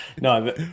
No